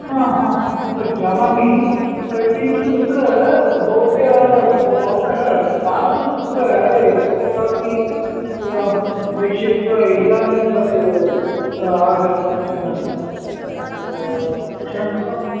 हा हा जानामि किन्तु तत् भवत्याः भवतः पार्सल् तत्र एतत् अपि प्रेषयित्वा इदानीं तद् आगच्छन् अस्ति क्षम्यतां महोदय